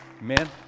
Amen